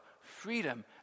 freedom